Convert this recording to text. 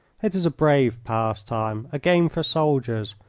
it is a brave pastime, a game for soldiers,